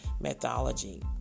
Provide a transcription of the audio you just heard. methodology